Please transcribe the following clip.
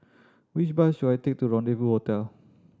which bus should I take to Rendezvous Hotel